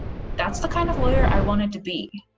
that's the kind of lawyer i wanted to be,